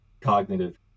cognitive